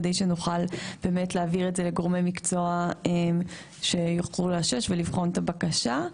כדי שנוכל להעביר את זה לגורמי מקצוע שיוכלו לאשש ולבחון את הבקשה.